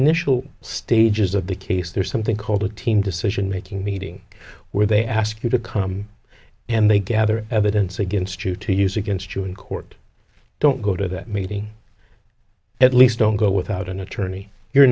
initial stages of the case there's something called a team decision making meeting where they ask you to come and they gather evidence against you to use against you in court don't go to that meeting at least don't go without an attorney you're